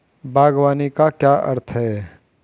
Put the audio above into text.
बागवानी का क्या अर्थ है?